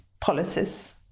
policies